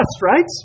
right